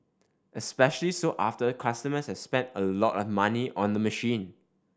especially so after customers has spent a lot of money on the machine